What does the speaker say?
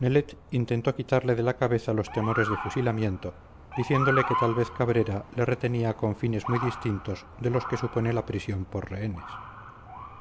intentó quitarle de la cabeza los temores de fusilamiento diciéndole que tal vez cabrera le retenía con fines muy distintos de los que supone la prisión por rehenes